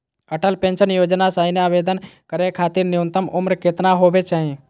Atal pension योजना महिना आवेदन करै खातिर न्युनतम उम्र केतना होवे चाही?